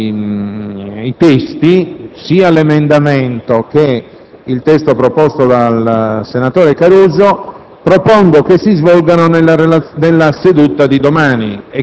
le votazioni su entrambi i testi, sia l'emendamento che il testo illustrato dal senatore Caruso,